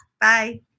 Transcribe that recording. Bye